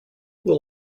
will